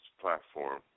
platform